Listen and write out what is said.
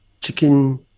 chicken